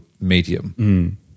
medium